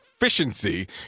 efficiency